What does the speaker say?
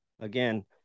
again